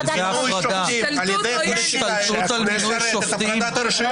איך מינוי שופטים על ידי פוליטיקאים משרת את הפרדת הרשויות?